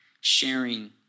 sharing